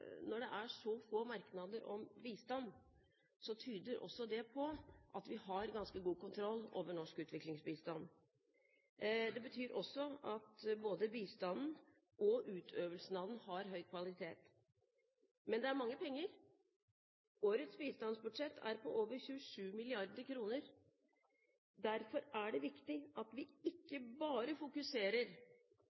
når det er så få merknader om bistand, tyder det også på at vi har ganske god kontroll over norsk utviklingsbistand. Det betyr også at både bistanden og utøvelsen av den har høy kvalitet. Men det er mange penger. Årets bistandsbudsjett er på over 27 mrd. kr. Derfor er det viktig at vi i debatten ikke bare fokuserer